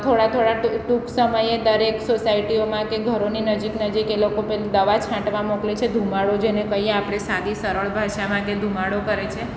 થોડા થોડા ટૂંક સમયે દરેક સોસાયટીઓમાં કે ઘરોની નજીક નજીક એ લોકો પેલી દવા છાંટવા મોકલે છે ધુમાડો જેને કહીએ આપણે સાદી સરળ ભાષામાં કે ધુમારો કરે છે